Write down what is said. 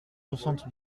soixante